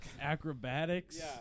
Acrobatics